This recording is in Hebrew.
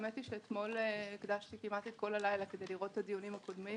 האמת שאתמול הקדשתי כמעט את כל הלילה כדי לראות את הדיונים הקודמים.